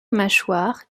mâchoires